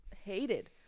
hated